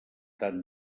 tant